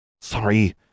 Sorry